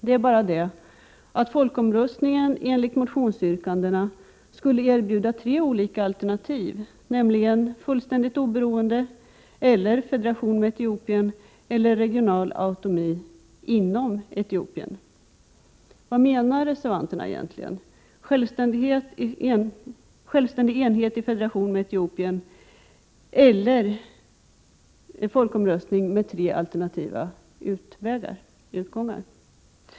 Det är bara det att folkomröstningen enligt motionsyrkandena skulle erbjuda tre alternativ, nämligen fullständigt oberoende, federation med Etiopien eller regional autonomi inom Etiopien. Vad menar reservanterna egentligen? Är det självständig enhet i federation med Etiopien eller en folkomröstning med tre alternativa utgångar?